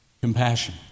Compassion